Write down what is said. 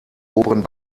oberen